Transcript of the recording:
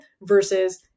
versus